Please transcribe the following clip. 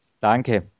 Danke